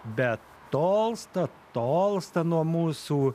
bet tolsta tolsta nuo mūsų